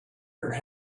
her